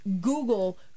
Google